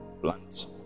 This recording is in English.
plans